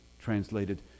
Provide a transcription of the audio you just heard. Translated